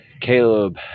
Caleb